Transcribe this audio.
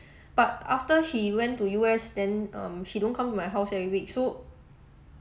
but after she went to U_S then um she don't come my house every week so